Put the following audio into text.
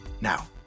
Now